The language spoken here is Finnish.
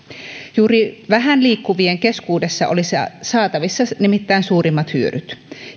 juuri vähän liikkuvien keskuudessa olisi nimittäin saatavissa suurimmat hyödyt